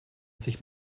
sich